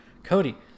Cody